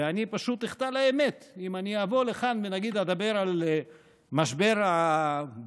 ואני פשוט אחטא לאמת אם אני אבוא לכאן ונגיד אדבר על משבר הבריאות,